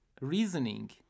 reasoning